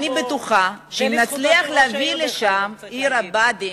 אני בטוחה שאם נצליח להביא לשם את עיר הבה"דים,